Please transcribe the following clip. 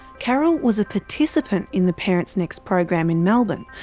carol was a participant in the parentsnext program in melbourne.